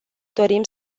dorim